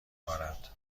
بارد